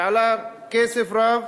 זה עלה כסף רב.